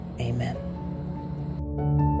Amen